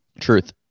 Truth